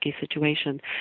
situation